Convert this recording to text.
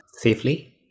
Safely